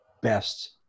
best